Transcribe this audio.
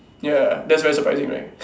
ya that's very surprising right